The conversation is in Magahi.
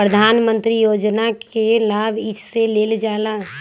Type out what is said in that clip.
प्रधानमंत्री योजना कि लाभ कइसे लेलजाला?